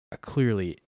clearly